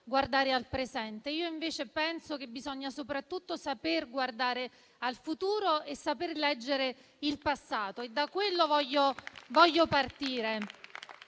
guardare al presente. Io invece penso che bisogna soprattutto saper guardare al futuro e saper leggere il passato e da quello voglio partire.